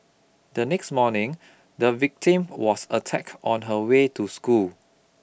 the next morning the victim was attack on her way to school